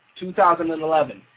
2011